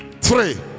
Three